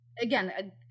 again